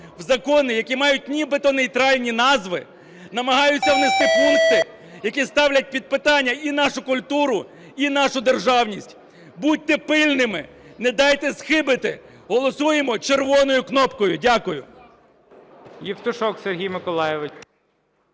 в закони, які мають нібито нейтральні назви, намагаються внести пункти, які ставлять під питання і нашу культуру, і нашу державність. Будьте пильними, не дайте схибити, голосуємо червоною кнопкою! Дякую.